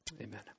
Amen